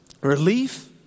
relief